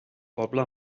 poble